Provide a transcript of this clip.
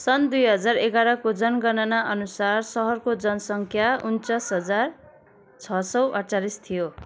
सन् दुई हजार एघारको जनगणना अनुसार सहरको जनसङ्ख्या उनन्चास हजार छ सौ अठचालिस थियो